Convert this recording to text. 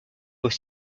aux